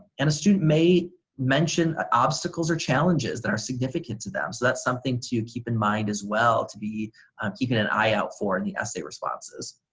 and a student may mention ah obstacles or challenges that are significant to them, so that's something to keep in mind as well to be keeping an eye out for in the essay responses.